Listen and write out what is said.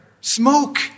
smoke